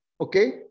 okay